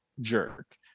jerk